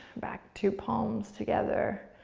back to palms together,